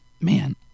man